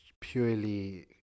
purely